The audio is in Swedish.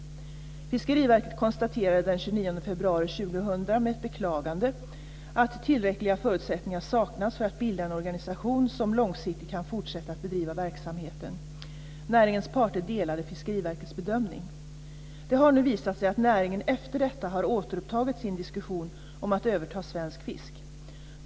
Fiskeriverket konstaterade den 29 februari 2000 med ett beklagande att tillräckliga förutsättningar saknas för att bilda en organisation som långsiktigt kan fortsätta att bedriva verksamheten. Näringens parter delade Det har nu visat sig att näringen efter detta har återupptagit sin diskussion om att överta verksamheten Svensk Fisk.